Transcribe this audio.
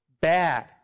bad